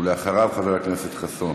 ואחריו, חבר הכנסת חסון.